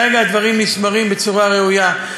כרגע הדברים נשמרים בצורה ראויה.